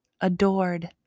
adored